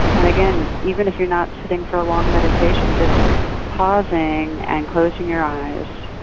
and, again, even if you're not sitting for a long meditation, just pausing, and closing your eyes,